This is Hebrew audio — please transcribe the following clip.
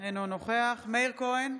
אינו נוכח מאיר כהן,